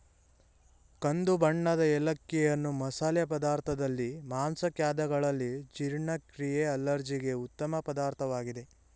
ಕಂದು ಬಣ್ಣದ ಏಲಕ್ಕಿಯನ್ನು ಮಸಾಲೆ ಪದಾರ್ಥದಲ್ಲಿ, ಮಾಂಸ ಖಾದ್ಯಗಳಲ್ಲಿ, ಜೀರ್ಣಕ್ರಿಯೆ ಅಲರ್ಜಿಗೆ ಉತ್ತಮ ಪದಾರ್ಥವಾಗಿದೆ